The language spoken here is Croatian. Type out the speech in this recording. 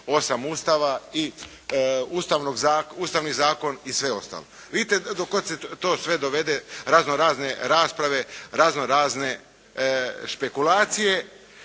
128. Ustava i ustavni zakon i sve ostalo. Vidite do kuda se to sve dovede razno-razne rasprave, razno-razne špekulacije